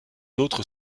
autres